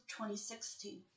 2016